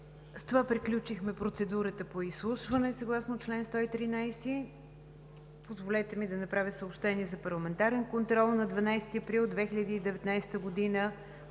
С това приключихме процедурата по изслушване съгласно чл. 113. Позволете ми да направя съобщения за парламентарен контрол на 12 април 2019 г.,